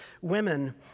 women